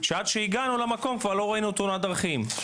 שעד שהגענו למקום כבר לא ראינו תאונת דרכים.